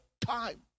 time